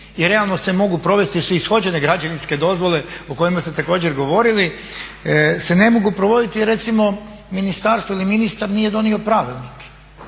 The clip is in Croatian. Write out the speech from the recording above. i realno se mogu provesti jer su ishođene građevinske dozvole o kojima ste također govorili se ne mogu provoditi jer recimo ministarstvo ili ministar nije donio Pravilnik.